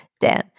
Dan